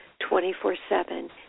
24-7